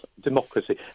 democracy